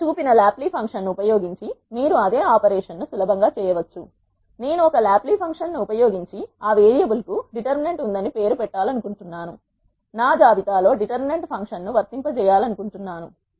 ఇక్కడ చూపిన లాప్లీ ఫంక్షన్ను ఉపయోగించి మీరు అదే ఆపరేషన్ను సులభంగా చేయవచ్చు నేను ఒక లాప్లీ ఫంక్షన్ ని ఉపయోగించిఆ వేరియబుల్కు డిటర్మినెంట్ ఉందని పేరు పెట్టాలనుకుంటున్నాను నా జాబితా లో డిటర్మినెంట్ ఫంక్షన్ను వర్తింపజేయాలనుకుంటున్నాను